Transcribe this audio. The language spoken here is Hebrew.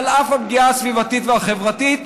על אף הפגיעה הסביבתית והחברתית,